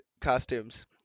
costumes